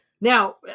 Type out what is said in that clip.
Now